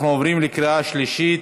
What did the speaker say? אנחנו עוברים לקריאה שלישית.